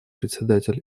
председатель